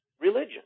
religion